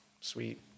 sweet